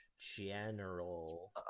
general